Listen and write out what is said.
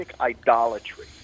idolatry